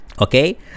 Okay